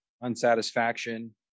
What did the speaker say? unsatisfaction